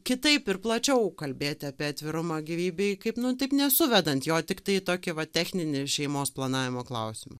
kitaip ir plačiau kalbėti apie atvirumą gyvybei kaip nu taip nesuvedant jo tiktai į tokį va techninį šeimos planavimo klausimą